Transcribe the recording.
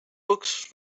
books